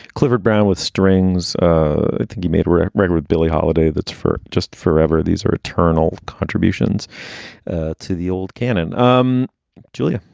clifford brown with strings he made were right and with billie holiday. that's for just forever. these are eternal contributions to the old canon. um julia,